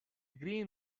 green